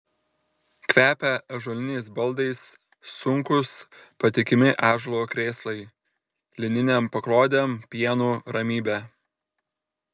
kvepia ąžuoliniais baldais sunkūs patikimi ąžuolo krėslai lininėm paklodėm pienu ramybe